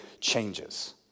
changes